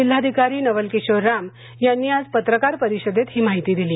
जिल्हाधिकारी नवल किशोर रामयांनी आज पत्रकार परिषदेत ही माहिती दिली